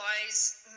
otherwise